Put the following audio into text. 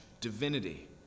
divinity